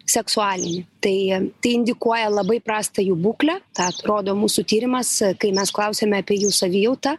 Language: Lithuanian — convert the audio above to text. seksualinį tai indikuoja labai prastą jų būklę tą rodo mūsų tyrimas kai mes klausiame apie jų savijautą